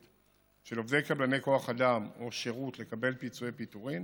של עובדי קבלני כוח אדם או שירות לקבל פיצויי פיטורים